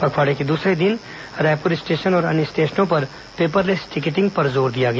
पखवाड़े के दूसरे दिन रायपुर स्टेशन और अन्य स्टेशनों पर पेपरलेस टिकटिंग पर जोर दिया गया